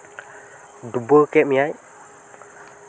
ᱰᱩᱵᱟᱹᱣ ᱠᱮᱫ ᱢᱮᱭᱟᱭ